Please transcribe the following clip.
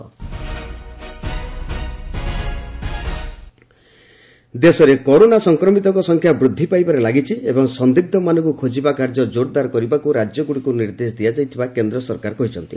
ଗଭ୍ ଅପିଲ ଦେଶରେ କରୋନା ସଂକ୍ରମିତଙ୍କ ସଂଖ୍ୟା ବୃଦ୍ଧି ପାଇବାରେ ଲାଗିଛି ଏବଂ ସନ୍ଦିଗ୍ରମାନଙ୍କୁ ଖୋଜିବା କାର୍ଯ୍ୟ କୋରଦାର କରିବାକୁ ରାଜ୍ୟଗୁଡ଼ିକୁ ନିର୍ଦ୍ଦେଶ ଦିଆଯାଇଥିବା କେନ୍ଦ୍ର ସରକାର କହିଛନ୍ତି